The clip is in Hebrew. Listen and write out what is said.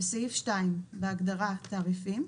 2 בהגדרה "תעריפים",